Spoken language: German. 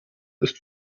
ist